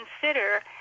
consider